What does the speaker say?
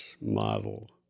model